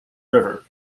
river